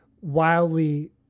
wildly